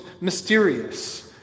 mysterious